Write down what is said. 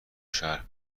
شهر